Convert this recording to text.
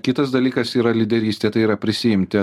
kitas dalykas yra lyderystė tai yra prisiimti